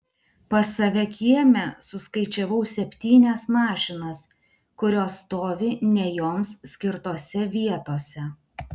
pas save kieme suskaičiavau septynias mašinas kurios stovi ne joms skirtose vietose